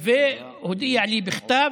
הוא הודיע לי בכתב